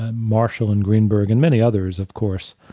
ah marshall and greenberg, and many others, of course,